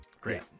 great